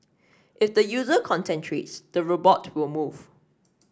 if the user concentrates the robot will move